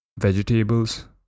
vegetables